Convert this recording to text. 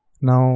now